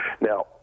Now